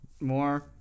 More